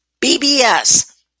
BBS